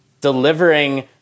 delivering